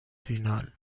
فینال